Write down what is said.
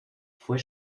fue